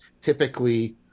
typically